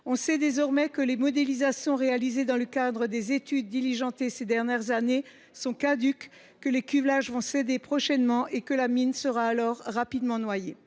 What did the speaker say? savons désormais que les modélisations réalisées dans le cadre des études diligentées ces dernières années sont caduques, que les cuvelages vont céder prochainement et que la mine sera rapidement noyée.